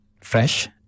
fresh